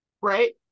right